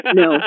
no